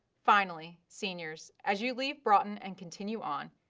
finally, seniors as you leave broughton and continue on,